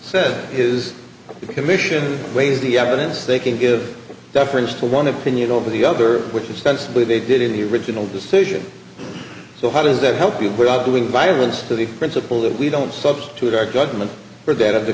said his commission weighs the evidence they can give deference to one opinion over the other which expensed believe they did in the original decision so how does that help you without doing violence to the principle that we don't substitute our government or that of the